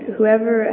Whoever